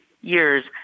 years